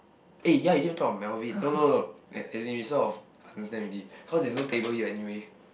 eh ya you never talk of Melvin no no no as as in we sort of understand already cause there's no table here anyway